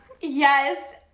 yes